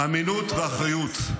-- אמינות ואחריות.